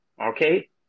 Okay